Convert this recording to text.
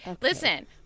Listen